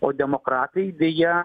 o demokratai deja